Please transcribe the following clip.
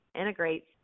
integrates